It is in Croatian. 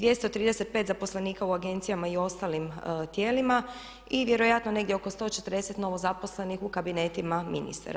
235 zaposlenika u agencijama i ostalim tijelima i vjerojatno negdje oko 140 novozaposlenih u kabinetima ministara.